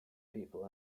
people